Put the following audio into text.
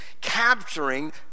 capturing